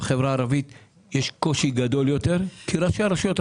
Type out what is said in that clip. בחברה הערבית יש קושי גדול יותר כי ראשי הרשויות,